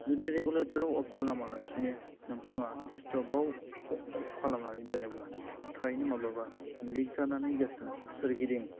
जुदि रेगुलेटराव अफ खालामा लासिनो नोंथाङा स्टपआव अफ खालामनानै दोनोब्ला थारैनो माब्लाबा लिक जानानै गेजा सोरगिदिं